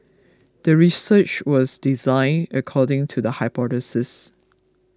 the research was designed according to the hypothesis